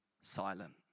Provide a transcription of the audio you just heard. silent